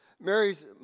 Mary's